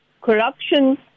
corruption